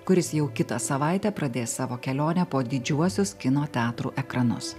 kuris jau kitą savaitę pradės savo kelionę po didžiuosius kino teatrų ekranus